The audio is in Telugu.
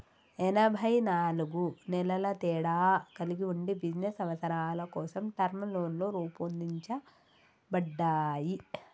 ఎనబై నాలుగు నెలల తేడా కలిగి ఉండి బిజినస్ అవసరాల కోసం టర్మ్ లోన్లు రూపొందించబడ్డాయి